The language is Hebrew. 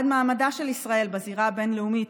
בעד מעמדה של ישראל בזירה הבין-לאומית,